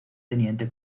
teniente